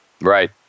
Right